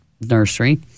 nursery